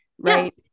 right